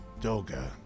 Doga